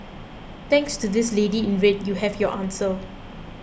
thanks to this lady in red you have your answer